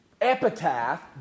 epitaph